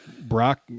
Brock